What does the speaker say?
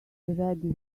ready